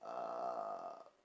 uh